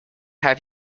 have